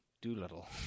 Doolittle